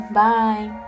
bye